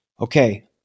okay